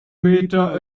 meter